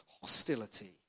hostility